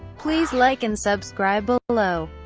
please like and subscribe ah below.